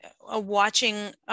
watching